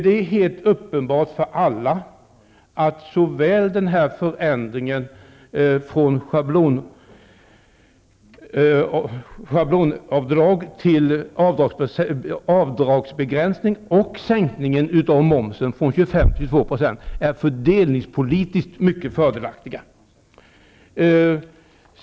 Det är helt uppenbart för alla att såväl förändringen från schablonavdrag till avdragsbegränsning som sänkningen av momsen från 25 % till 22 % är fördelningspolitiskt mycket fördelaktiga.